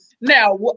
Now